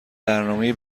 برنامهای